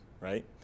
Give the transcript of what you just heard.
right